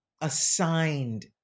assigned